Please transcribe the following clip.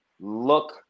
look